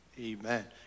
Amen